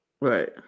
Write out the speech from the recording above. Right